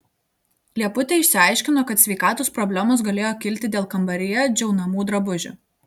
lieputė išsiaiškino kad sveikatos problemos galėjo kilti dėl kambaryje džiaunamų drabužių